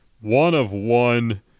one-of-one